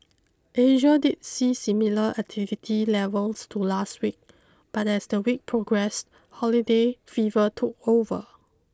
Asia did see similar activity levels to last week but as the week progressed holiday fever took over